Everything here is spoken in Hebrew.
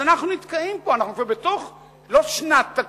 אז אנחנו נתקעים פה, אנחנו כבר בתוך לא שנת תקציב,